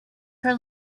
her